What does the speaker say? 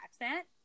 accent